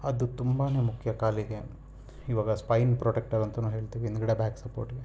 ಅದು ತುಂಬಾ ಮುಖ್ಯ ಕಾಲಿಗೆ ಇವಾಗ ಸ್ಪೈನ್ ಪ್ರೊಟೆಕ್ಟರ್ ಅಂತನೂ ಹೇಳ್ತೀವಿ ಹಿಂದುಗಡೆ ಬ್ಯಾಕ್ ಸಪೋರ್ಟಿಗೆ